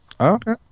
okay